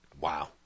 Wow